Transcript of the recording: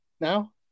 Now